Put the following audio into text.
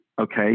okay